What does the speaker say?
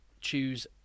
choose